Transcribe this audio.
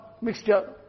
mixture